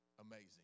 amazing